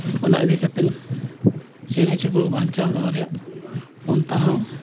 ᱚᱱᱟ ᱤᱫᱤ ᱠᱟᱛᱮ ᱪᱮᱬᱮ ᱪᱤᱯᱨᱩᱫ ᱵᱟᱧᱪᱟᱣ ᱫᱚᱦᱚ ᱨᱮᱭᱟᱜ ᱯᱚᱱᱛᱷᱟ ᱦᱚᱸ